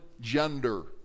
gender